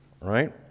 right